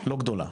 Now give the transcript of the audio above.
לא גדולה.